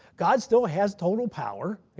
god still has total power.